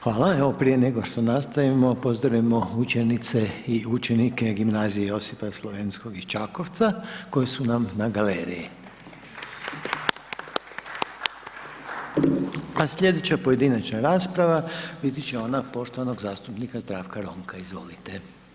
Hvala, evo prije nego što nastavimo, pozdravimo učenice i učenike Gimnazije Josipa Slovenskog iz Čakovca, koji su nam na galeriji. A slijedeća pojedinačna rasprava biti će ona poštovanog zastupnika Zdravka Ronka, izvolite.